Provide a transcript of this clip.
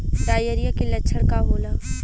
Diarrhoea के लक्षण का होला?